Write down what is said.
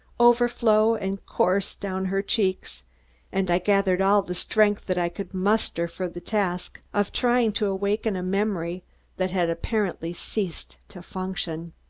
overflow and course down her cheeks and i gathered all the strength that i could muster for the task of trying to awaken a memory that had apparently ceased to function.